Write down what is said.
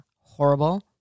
horrible